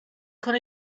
con